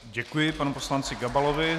Děkuji panu poslanci Gabalovi.